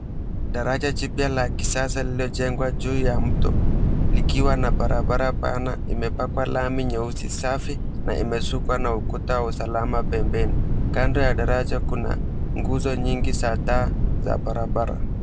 Daraja jipya la kisasa lililojengwa juu ya mto, likiwa na barabara pana imepakwa lami nyeusi safi na imesukwa na ukuta wa usalama pembeni. Kando ya daraja kuna nguzo nyingi za taa za barabara.